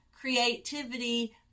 creativity